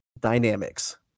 Dynamics